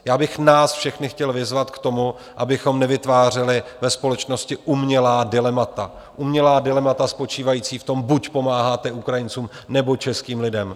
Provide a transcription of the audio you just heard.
Já bych nás všechny chtěl vyzvat k tomu, abychom nevytvářeli ve společnosti umělá dilemata umělá dilemata spočívající v tom, buď pomáháte Ukrajincům, nebo českým lidem.